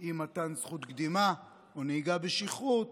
אי-מתן זכות קדימה או נהיגה בשכרות,